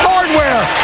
Hardware